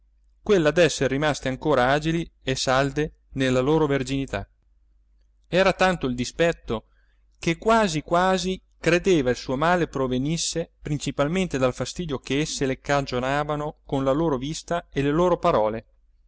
quella d'esser rimaste ancora agili e salde nella loro verginità era tanto il dispetto che quasi quasi credeva il suo male provenisse principalmente dal fastidio ch'esse le cagionavano con la loro vista e le loro parole